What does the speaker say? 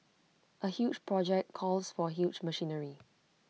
A huge project calls for huge machinery